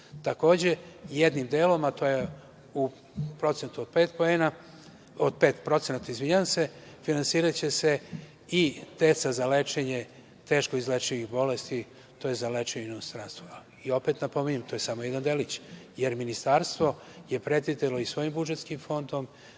jednim delom, a to je u procentu od pet procenata finansiraće se i deca za lečenje teško izlečivih bolesti, tj. za lečenje u inostranstvu. Opet napominjem, to je samo jedan delić, jer Ministarstvo je predvidelo i svojim budžetskim fondom